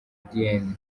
diyen